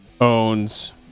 owns